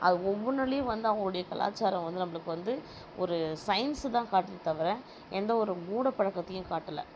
அது ஒவ்வொன்றுலையும் வந்து அவங்களுடைய கலாச்சாரம் வந்து நம்பளுக்கு வந்து ஒரு சயின்ஸுதான் காட்டுதே தவிர எந்தவொரு மூடப்பழக்கத்தையும் காட்டலை